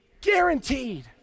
guaranteed